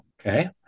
okay